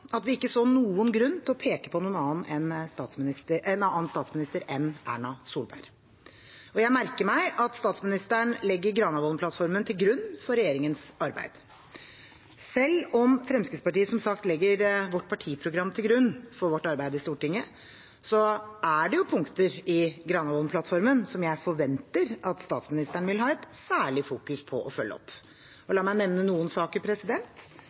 at vi ikke så noen grunn til å peke på en annen statsminister enn Erna Solberg, og jeg merker meg at statsministeren legger Granavolden-plattformen til grunn for regjeringens arbeid. Selv om Fremskrittspartiet som sagt legger vårt partiprogram til grunn for vårt arbeid i Stortinget, er det punkter i Granavolden-plattformen som jeg forventer at statsministeren vil ha et særlig fokus på å følge opp. La meg nevne noen saker: